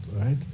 right